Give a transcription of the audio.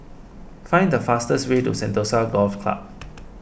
find the fastest way to Sentosa Golf Club